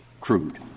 crude